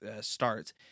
starts